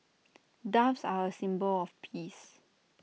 doves are A symbol of peace